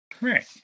Right